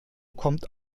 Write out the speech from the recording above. kommt